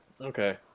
Okay